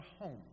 home